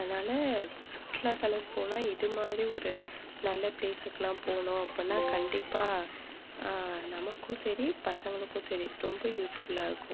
அதனால் சுற்றுலாதளன் போனால் இது மாதிரி ஒரு நல்ல ப்ளேஸுக்குலாம் போனோம் அப்பிடின்னா கண்டிப்பாக நமக்கும் சரி பசங்களுக்கும் சரி ரொம்ப யூஸ்ஃபுல்லாக இருக்கும்